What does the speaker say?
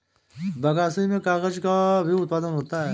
बगासी से कागज़ का भी उत्पादन होता है